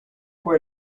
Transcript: por